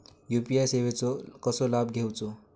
UPI सेवाचो कसो लाभ घेवचो?